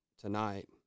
tonight